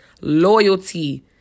Loyalty